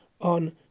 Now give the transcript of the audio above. on